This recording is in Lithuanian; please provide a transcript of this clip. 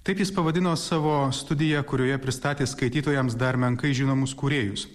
taip jis pavadino savo studiją kurioje pristatė skaitytojams dar menkai žinomus kūrėjus